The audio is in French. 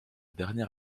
dernier